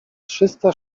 trzysta